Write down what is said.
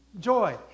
Joy